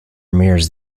mirrors